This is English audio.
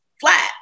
flat